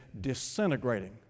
disintegrating